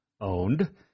owned